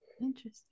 Interesting